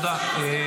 תודה.